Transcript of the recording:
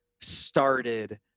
started